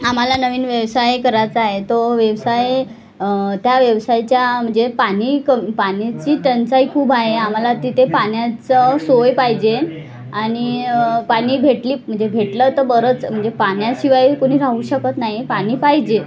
आम्हाला नवीन व्यवसाय करायचा आहे तो व्यवसाय त्या व्यवसायाच्या म्हणजे पाणी कमी पाण्याची टंचाई खूप आहे आम्हाला तिथे पाण्याचं सोय पाहिजे आणि पाणी भेटली म्हणजे भेटलं तर बरंच म्हणजे पाण्याशिवाय कोणी राहू शकत नाही पाणी पाहिजे